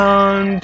on